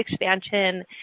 expansion